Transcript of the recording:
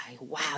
Wow